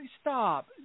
Stop